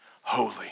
holy